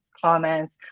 comments